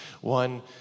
one